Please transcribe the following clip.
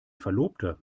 verlobter